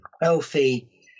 wealthy